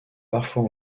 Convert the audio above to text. parfois